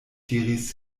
diris